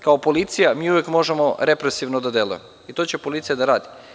Kao policija mi možemo uvek represivno da delujemo i to će policija da radi.